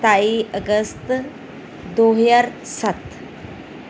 ਸਤਾਈ ਅਗਸਤ ਦੋ ਹਜ਼ਾਰ ਸੱਤ